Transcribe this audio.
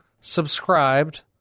subscribed